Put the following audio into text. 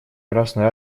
красную